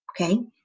okay